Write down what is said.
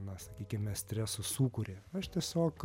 na sakykime streso sūkurį aš tiesiog